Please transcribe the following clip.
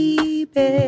Baby